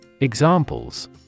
Examples